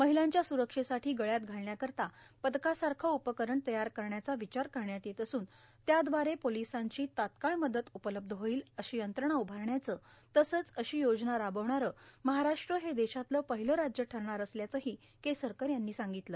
माहलांच्या सुरक्षेसाठी गळ्यात घालण्याकरता पदकासारखं उपकरण तयार करण्याचा र्वचार करण्यात येत असून त्यादवारे र्पोलसांची तत्काळ मदत उपलब्ध होईल अशी यंत्रणा उभारण्याचं तसंच अशी योजना राबवणारं महाराष्ट्र हे देशातलं पर्याहलं राज्य ठरणार असल्याचंही केसरकर यांनी सांगितलं